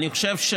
אני חושב,